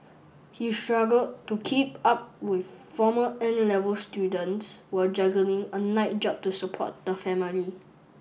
he struggled to keep up with former 'N' level students while juggling a night job to support the family